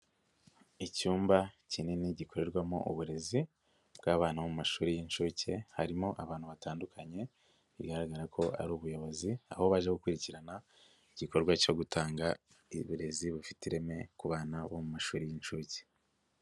Icyumba kinini gikorerwamo uburezi bw'abana mu mashuri y'inshuke, harimo abantu batandukanye bigaragara ko ari ubuyobozi, aho baje gukurikirana igikorwa cyo gutanga uburezi bufite ireme ku bana bo mu mashuri y'inshuke.